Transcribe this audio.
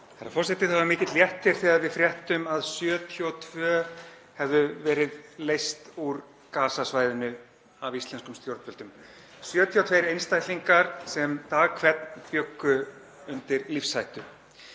Herra forseti. Það var mikill léttir þegar við fréttum að 72 hefðu verið leyst út af Gaza-svæðinu af íslenskum stjórnvöldum, 72 einstaklingar sem dag hvern bjuggu við lífshættu.